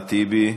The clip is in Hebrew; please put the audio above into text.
אחמד טיבי,